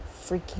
freaking